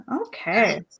okay